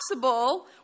possible